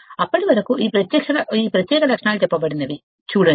అప్పటి వరకు చెప్పబడిన ఈ ప్రత్యేక లక్షణాలు చూడండి